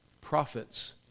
prophets